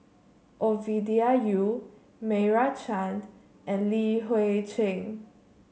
Ovidia Yu Meira Chand and Li Hui Cheng